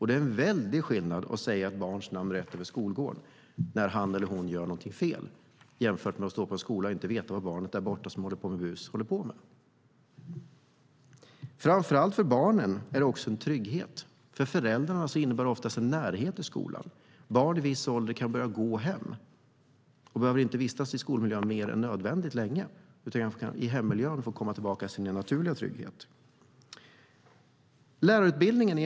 Det är stor skillnad mellan att säga ett barns namn rätt över skolgården när han eller hon gör något fel och att stå på en skolgård och inte veta vad barnet som busar heter. För framför allt barnen är det en trygghet att gå på en mindre skola. För föräldrarna innebär det en närhet till skolan. Barn i viss ålder kan börja gå hem själva och behöver inte vistas i skolmiljön mer än nödvändigt utan kan komma tillbaka till sin naturliga trygghet i hemmiljön. Fru talman!